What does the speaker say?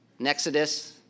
Nexodus